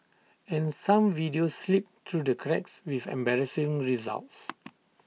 and some videos slip through the cracks with embarrassing results